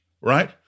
right